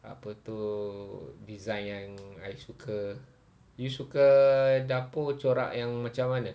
apa itu design yang I suka you suka dapur corak yang macam mana